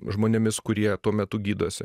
žmonėmis kurie tuo metu gydosi